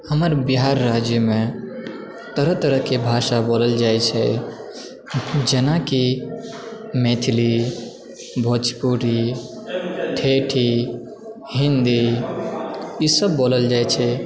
हमर बिहार राज्यमे तरह तरहके भाषा बोलल जाइ छै जेनाकि मैथिली भोजपुरी ठेठही हिन्दी ई सब बोलल जाइ छै